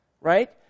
right